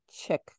check